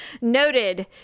noted